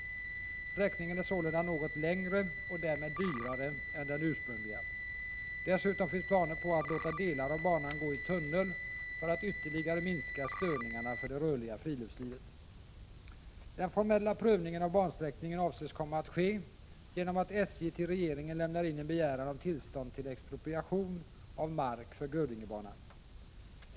Sträckningen är sålunda något längre och därmed dyrare än den ursprungliga. Dessutom finns planer på att låta delar av banan gå i tunnel för att ytterligare minska störningarna för det rörliga friluftslivet. Den formella prövningen av bansträckningen avses komma att ske genom att SJ till regeringen lämnar in en begäran om tillstånd till expropriation av mark för Grödingebanan.